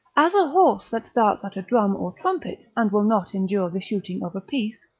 as a horse that starts at a drum or trumpet, and will not endure the shooting of a piece,